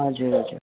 हजुर हजुर